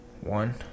One